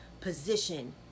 position